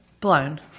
blown